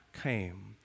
came